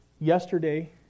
yesterday